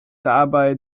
dabei